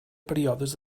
períodes